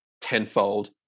tenfold